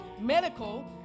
Medical